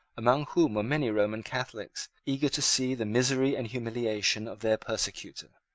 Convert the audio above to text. among whom were many roman catholics, eager to see the misery and humiliation of their persecutor.